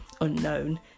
unknown